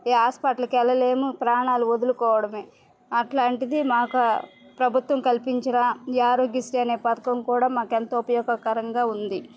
ఈ హాస్పిటల్కి వెళ్ళలేము ప్రాణాలు వదులుకోవడమే అట్లాంటిది మాకు ప్రభుత్వం కల్పించిన ఈ ఆరోగ్యశ్రీ అనే పథకం కూడా మాకు ఎంతో ఉపయోగకరంగా ఉంది